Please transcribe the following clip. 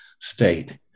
state